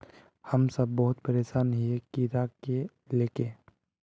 हम सब बहुत परेशान हिये कीड़ा के ले के?